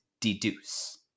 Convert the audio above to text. deduce